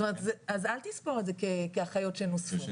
אז אל תספור את זה כאחיות שנוספו,